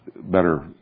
better